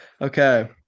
Okay